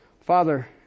Father